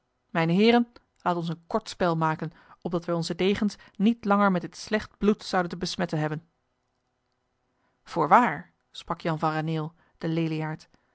mijne heren laat ons een kort spel maken opdat wij onze degens niet langer met dit slecht bloed zouden te besmetten hebben voorwaar sprak jan van raneel de